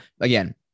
again